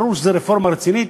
ברור שזו רפורמה רצינית,